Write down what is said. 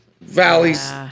valleys